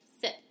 sit